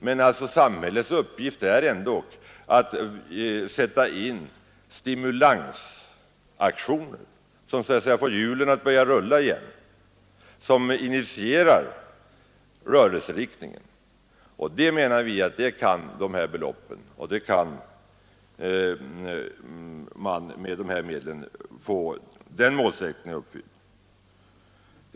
Men samhällets uppgift är ändock att sätta in stimulansaktioner, som får hjulen att börja rulla igen och som initierar rörelseriktningen. Det menar vi att man kan göra med de här beloppen. Med dessa initialmedel kan vi få den målsättningen uppfylld.